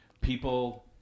people